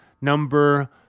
number